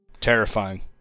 Terrifying